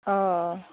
औ